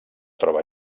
troba